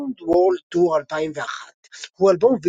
Drowned World Tour 2001 הוא אלבום